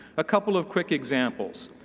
a couple of quick examples,